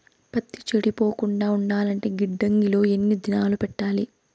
పత్తి చెడిపోకుండా ఉండాలంటే గిడ్డంగి లో ఎన్ని దినాలు పెట్టాలి?